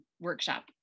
workshop